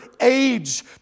age